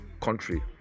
country